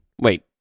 Wait